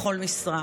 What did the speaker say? בכל משרה.